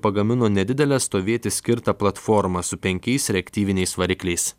pagamino nedidelę stovėti skirtą platformą su penkiais reaktyviniais varikliais